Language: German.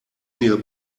mir